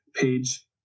page